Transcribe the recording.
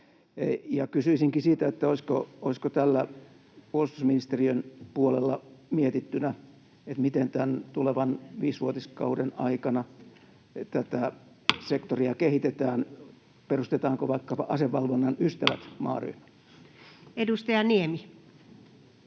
Kysyisinkin: Olisiko täällä puolustusministeriön puolella mietittynä, miten tämän tulevan viisivuotiskauden aikana tätä sektoria kehitetään? Perustetaanko vaikkapa Asevalvonnan ystävät ‑maaryhmä? Edustaja Niemi.